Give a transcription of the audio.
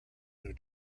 new